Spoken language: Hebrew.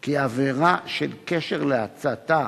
כי עבירה של קשר להצתה